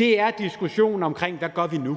er diskussionen om, hvad vi nu